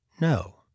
No